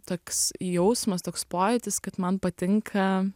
toks jausmas toks pojūtis kad man patinka